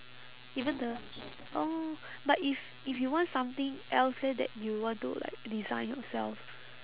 even the oh but if if you want something else leh that you want to like design yourself